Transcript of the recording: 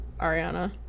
Ariana